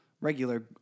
regular